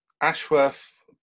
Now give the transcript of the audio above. Ashworth